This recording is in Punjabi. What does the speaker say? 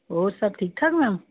ਔਰ ਸਭ ਠੀਕ ਠਾਕ ਮੈਮ